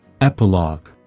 Epilogue